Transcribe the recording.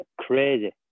crazy